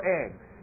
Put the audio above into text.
eggs